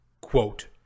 quote